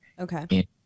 Okay